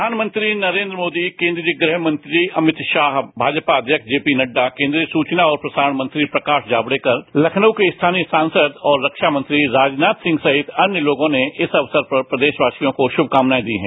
प्रधानमंत्री नरेंद्र मोदी केंद्रीय गृह मंत्री अमित शाह भाजपा अध्यक्ष जेपी नड्डा केंद्रीय सूचना और प्रसारण मंत्री प्रकाश जावड़ेकर लखनऊ के स्थानीय सांसद और रबा मंत्री राजनाथ सिंह सहित अन्य लोगों ने इस अवसर पर प्रदेशवासियों को शमकामनाएं दी हैं